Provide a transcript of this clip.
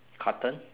cotton